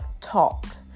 talk